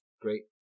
great